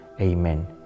Amen